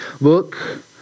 Look